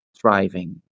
thriving